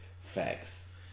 Facts